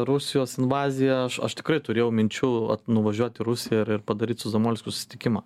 rusijos invazija aš aš tikrai turėjau minčių nuvažiuot į rusiją ir ir padaryt su zamolskiu susitikimą